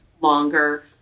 longer